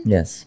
Yes